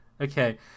Okay